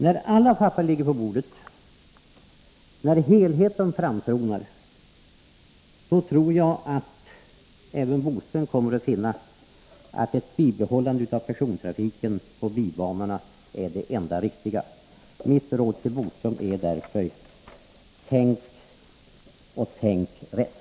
När alla papper ligger på bordet, när helheten framtonar, tror jag att även Curt Boström kommer att finna att ett bibehållande av persontrafiken på bibanorna är det enda riktiga. Mitt råd till Curt Boström är därför: Tänk och tänk rätt!